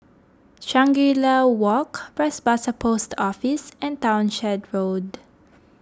Shangri La Walk Bras Basah Post Office and Townshend Road